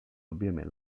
òbviament